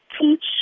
teach